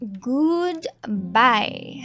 goodbye